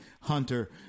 Hunter